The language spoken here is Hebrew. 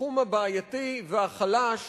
בתחום הבעייתי והחלש